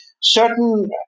certain